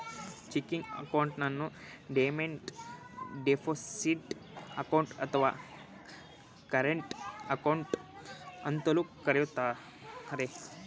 checking ಅಕೌಂಟನ್ನು demand deposit account, ಅಥವಾ current account ಅಂತಲೂ ಕರಿತರೆ